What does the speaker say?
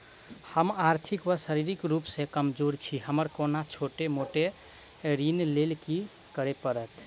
हम आर्थिक व शारीरिक रूप सँ कमजोर छी हमरा कोनों छोट मोट ऋण लैल की करै पड़तै?